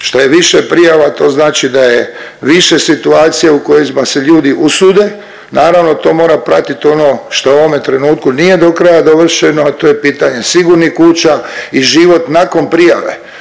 Što je više prijava to znači da je više situacija u kojima se ljudi usude, naravno to mora pratit ono šta u ovome trenutku nije do kraja dovršeno, a to je pitanje sigurnih kuća i život nakon prijave,